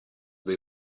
they